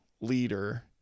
leader